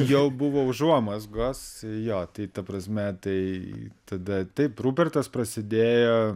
jau buvo užuomazgos jo tai ta prasme tai tada taip rupertas prasidėjo